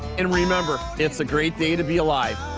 and remember, it's a great day to be alive!